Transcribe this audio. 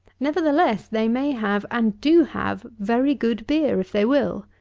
nevertheless, they may have, and do have, very good beer if they will.